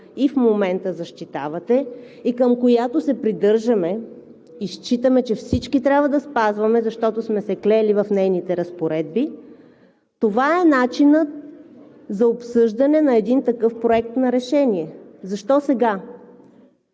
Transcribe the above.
и в момента защитавате и към която се придържаме и считаме, че всички трябва да спазваме, защото сме се клели в нейните разпоредби, това е начинът за обсъждане на един такъв Проект на решение. Защо сега?